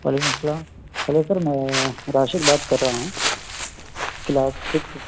وعلیکم السّلام hello sir میں راشد بات کر رہا ہوں کلاس سیکس